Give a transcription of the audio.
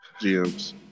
GMs